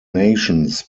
nations